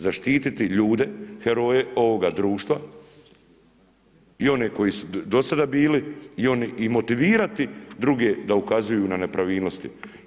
Zaštititi ljude, heroje ovoga društva i one koji su do sada bili i motivirati druge da ukazuju na nepravilnosti.